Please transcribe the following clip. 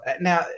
now